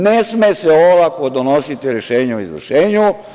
Ne sme se olako donositi rešenje o izvršenju.